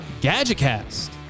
GadgetCast